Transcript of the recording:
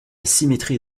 symétrie